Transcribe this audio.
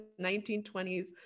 1920s